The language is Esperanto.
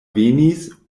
venis